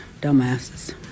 Dumbasses